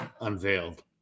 unveiled